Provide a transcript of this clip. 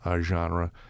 genre